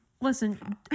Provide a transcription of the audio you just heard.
listen